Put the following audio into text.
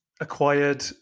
acquired